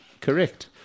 Correct